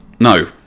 no